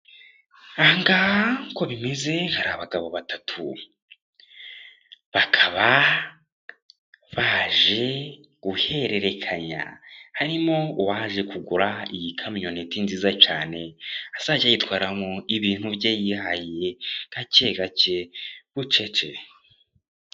Ahangaha uko bimeze, hari abagabo batatu; bakaba baje guhererekanya. Harimo uwaje kugura iyi kamyoneti nziza cyane, azajya yitwariramo ibintu bye yihahiye, gakegake bucece.